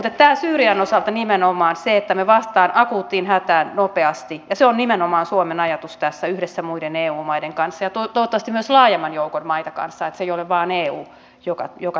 mutta syyrian osalta nimenomaan se että me vastaamme akuuttiin hätään nopeasti on suomen ajatus tässä yhdessä muiden eu maiden kanssa ja toivottavasti myös laajemman joukon maita kanssa että se ei ole vain eu joka näin toimii